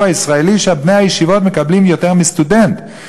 הישראלי שבני הישיבות מקבלים יותר מסטודנטים.